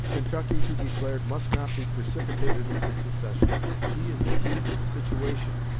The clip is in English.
kentucky, he declared, must not be precipitated into secession. she is the key to the situation.